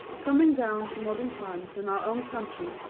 coming down to modern times and our own country,